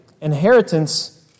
inheritance